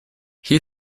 hier